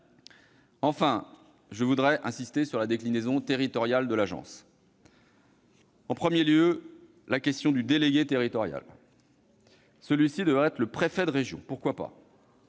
Enfin, je voudrais insister sur la déclinaison territoriale de l'agence. En premier lieu, le délégué territorial de l'agence devrait être le préfet de région : pourquoi pas.